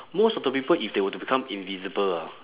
most of the people if they were to become invisible ah